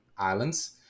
islands